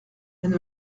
elle